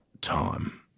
time